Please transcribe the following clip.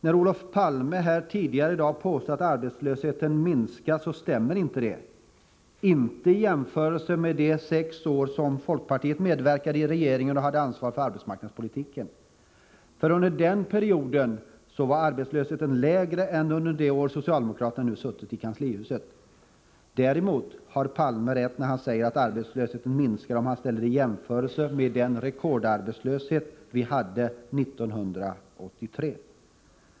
När Olof Palme här tidigare i dag påstod att arbetslösheten minskat, så stämmer inte detta — inte i jämförelse med de sex år som folkpartiet medverkade i regeringen och hade ansvar för arbetsmarknadspolitiken. Under den perioden var arbetslösheten lägre än under de år socialdemokraterna nu suttit i kanslihuset. Däremot har Palme rätt när han säger att arbetslösheten minskar, om han ställer den i jämförelse med den rekordarbetslöshet som vi hade 1983.